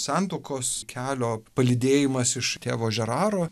santuokos kelio palydėjimas iš tėvo žeraro